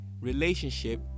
relationship